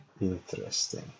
Interesting